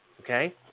Okay